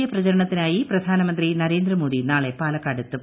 A പ്രപ്പ്ചരണത്തിനായി പ്രധാനമന്ത്രി നരേന്ദ്രമോദി നാളെ പാലക്കാട് എത്തും